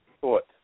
thought